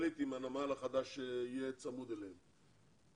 עם הנמל החדש שיהיה צמוד אליהם,